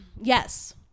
Yes